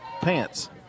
pants